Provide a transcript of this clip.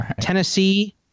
Tennessee